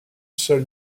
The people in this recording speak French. seule